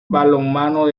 balonmano